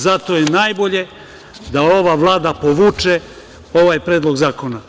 Zato je najbolje da ova Vlada povuče ovaj predlog zakona.